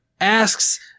asks